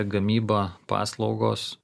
gamyba paslaugos